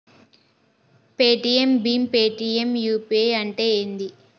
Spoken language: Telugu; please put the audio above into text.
పేటిఎమ్ భీమ్ పేటిఎమ్ యూ.పీ.ఐ అంటే ఏంది?